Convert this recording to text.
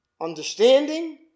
understanding